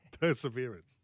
Perseverance